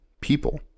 people